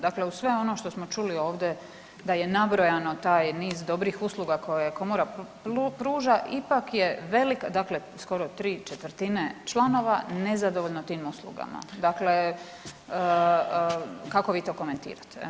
Dakle, uz sve ono što smo čuli ovdje da je nabrojano taj niz dobrih usluga koje komora pruža ipak je velik, dakle skoro tri četvrtine članova nezadovoljno tim uslugama, dakle kako vi to komentirate.